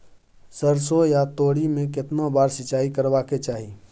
सरसो या तोरी में केतना बार सिंचाई करबा के चाही?